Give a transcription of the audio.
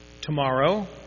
Tomorrow